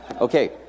Okay